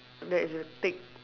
that is a thick